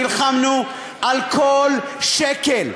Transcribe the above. נלחמנו על כל שקל.